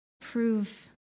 prove